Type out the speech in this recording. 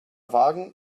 wagen